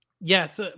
Yes